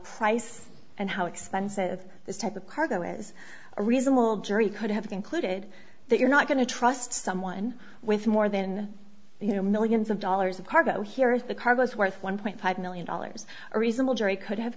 price and how expensive this type of cargo is a reasonable jury could have concluded that you're not going to trust someone with more than you know millions of dollars of cargo here is the cargo is worth one point five million dollars a reasonable jury could have